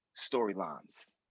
storylines